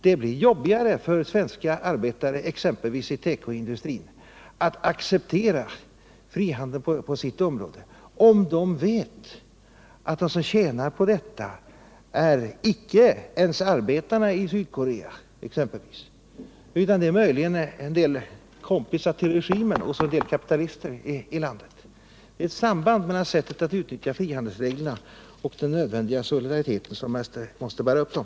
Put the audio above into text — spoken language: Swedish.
Det blir jobbigare för svenska arbetare exempelvis i tekoindustrin att acceptera frihandeln på sitt område, om de vet att de som tjänar på den icke ens är arbetarna i Sydkorea utan möjligen en del kompisar till regimen och en del kapitalister i landet. Det finns ett samband mellan sättet att utnyttja frihandelsreglerna och den nödvändiga solidaritet som måste bära upp dem.